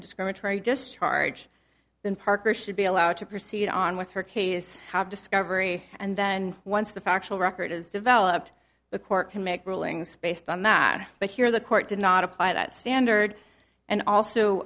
discriminatory discharge then parker should be allowed to proceed on with her case discovery and then once the factual record is developed the court can make rulings based on that but here the court did not apply that standard and also